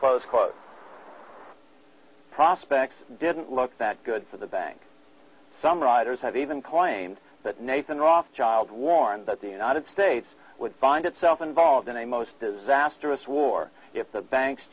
close prospects didn't look that good for the bank some writers have even claimed that nathan rothschild warned that the united states would find itself involved in a most disastrous war if the bank